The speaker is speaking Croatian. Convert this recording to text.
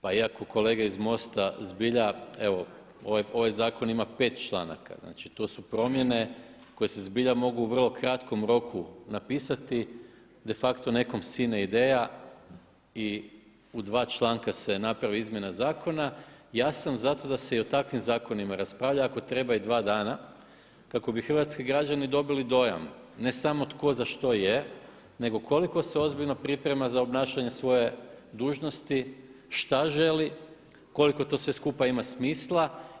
Pa iako kolege iz MOST-a zbilja, evo ovaj zakon ima 5 članaka, znači tu su promjene koje se zbilja mogu u vrlo kratkom roku napisati, de facto nekom sine ideja i u dva članka se napravi izmjena zakona, ja sam za to da se i o takvim zakonima raspravlja ako treba i dva dana kako bi hrvatski građani dobili dojam ne samo tko za što je nego koliko se ozbiljno priprema za obnašanje svoje dužnosti, što želi, koliko to sve skupa ima smisla.